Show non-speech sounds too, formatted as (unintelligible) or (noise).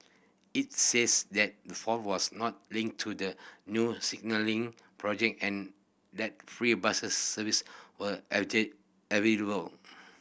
it says that the fault was not linked to the new signalling project and that free buses service were (unintelligible) available